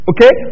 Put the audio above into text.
Okay